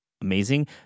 Amazing